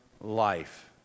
life